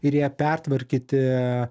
ir ją pertvarkyti